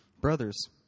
Brothers